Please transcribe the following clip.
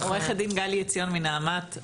אני מנעמ"ת.